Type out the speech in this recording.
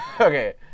okay